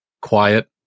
quiet